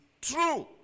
true